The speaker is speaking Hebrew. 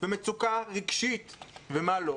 מצוקה רגשית ומה לא.